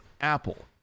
Apple